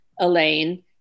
Elaine